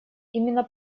именно